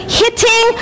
hitting